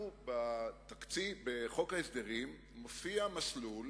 בחוק ההסדרים מופיע מסלול